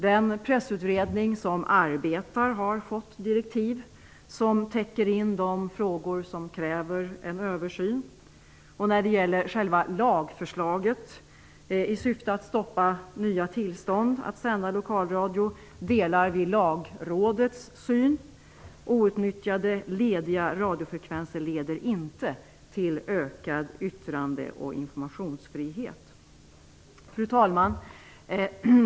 Den pressutredning som arbetar har fått direktiv som täcker in de frågor som kräver en översyn. När det gäller själva lagförslaget i syfte att stoppa nya tillstånd att sända lokalradio delar vi Lagrådets syn. Outnyttjade, lediga radiofrekvenser leder inte till ökad yttrande och informationsfrihet. Fru talman!